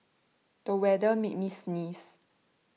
the weather made me sneeze